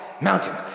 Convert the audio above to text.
mountain